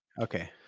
Okay